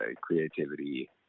creativity